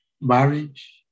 marriage